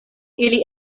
ili